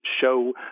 show